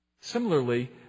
Similarly